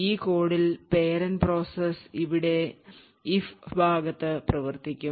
ഈ കോഡിൽ parent process ഇവിടെ if ഭാഗത്ത് പ്രവർത്തിപ്പിക്കും